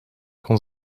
kon